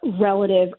relative